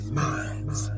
minds